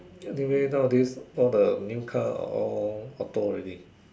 anyway nowadays all the new car all auto already